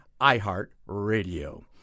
iHeartRadio